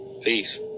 Peace